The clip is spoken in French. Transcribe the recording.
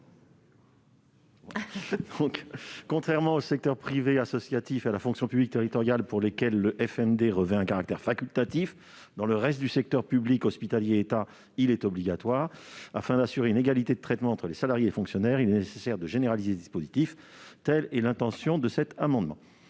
. Contrairement au secteur privé associatif et à la fonction publique territoriale, pour lesquels le forfait mobilités durables revêt un caractère facultatif, dans le reste du secteur public- fonction publique hospitalière et d'État -, il est obligatoire. Afin d'assurer une égalité de traitement entre les salariés et les fonctionnaires, il est nécessaire de généraliser le dispositif. Tel est l'objet de cet amendement.